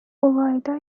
olayda